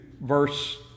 verse